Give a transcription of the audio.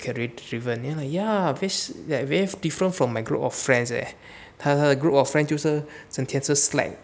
career driven then he like ya this that very different from my group of friends then he say 他的 group of friends 就是整天 just slack